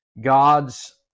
God's